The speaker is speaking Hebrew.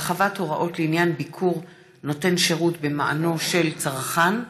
57) (הרחבת הוראות לעניין ביקור נותן שירות במענו של צרכן),